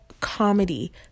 comedy